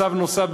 צו נוסף,